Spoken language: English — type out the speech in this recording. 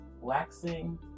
waxing